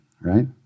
right